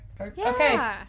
okay